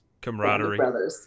camaraderie